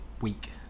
week